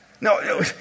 No